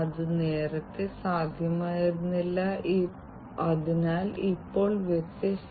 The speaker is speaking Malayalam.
അതിനാൽ മുമ്പത്തെ ഉദാഹരണം പോലെ രോഗിയുടെ ആരോഗ്യം നിരീക്ഷിക്കാൻ ഉപയോഗിക്കാവുന്ന രണ്ട് അടിസ്ഥാന സെൻസറുകൾ ഞാൻ ഇപ്പോൾ നിങ്ങൾക്ക് കാണിക്കാൻ പോകുന്നു